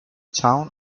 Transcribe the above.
town